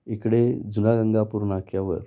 इकडे जुना गंगापूर नाक्यावर